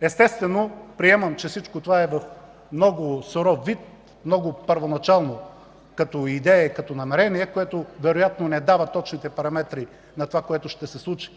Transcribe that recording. Естествено, приемам, че всичко това е в много суров вид, първоначално като идея, като намерение, което вероятно не дава точните параметри на онова, което ще се случи,